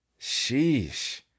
sheesh